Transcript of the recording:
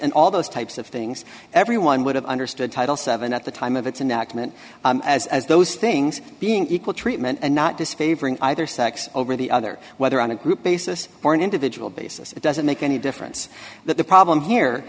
and all those types of things everyone would have understood title seven at the time of it's inaccurate as as those things being equal treatment and not disfavoring either sex over the other whether on a group basis or an individual basis it doesn't make any difference that the problem here